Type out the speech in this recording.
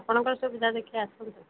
ଆପଣଙ୍କ ସୁବିଧା ଦେଖି ଆସନ୍ତୁ